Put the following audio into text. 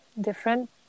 different